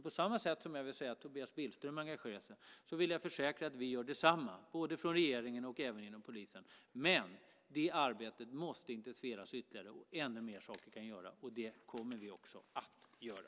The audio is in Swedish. På samma sätt som jag vill säga att Tobias Billström engagerar sig vill jag försäkra att vi från regeringen gör detsamma, och det gör man även inom polisen. Men det här arbetet måste intensifieras ytterligare, och vi kan göra ännu mer saker, och det kommer vi också att göra.